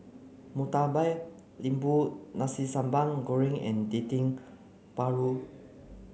Murtabak Lembu Nasi Sambal Goreng and Dendeng Paru